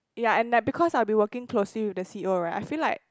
ya and like because I'll be working closely with the c_e_o right I feel like